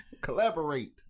Collaborate